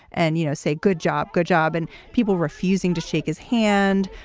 and, you know, say good job, good job. and people refusing to shake his hand.